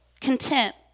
content